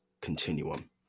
continuum